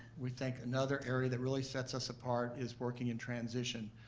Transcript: we think another area that really sets us apart is working in transition.